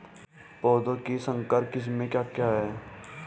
पौधों की संकर किस्में क्या क्या हैं?